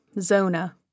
Zona